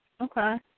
Okay